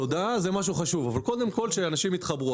תודה זה משהו חשוב אבל קודם כל שאנשים יתחברו